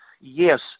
yes